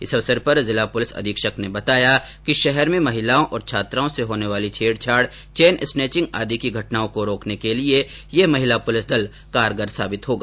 इस अवसर पर जिला पुलिस अधीक्षक ने बताया कि शहर में महिलाओं और छात्राओं से होने वाली छेडछाड चेन स्नेथिंग आदि की घटनाओं को रोकने के लिये यह महिला पुलिस दल कारगर साबित होगा